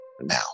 now